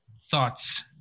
thoughts